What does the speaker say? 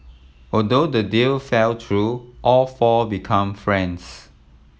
although the deal fell through all four become friends